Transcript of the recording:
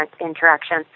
interaction